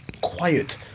Quiet